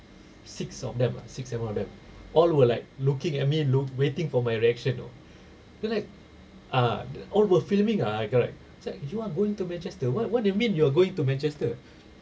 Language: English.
six of them ah six seven of them all were like looking at me look waiting for my reaction know then like ah the all were filming ah correct I was like you are going to manchester wha~ what do you mean you are going to manchester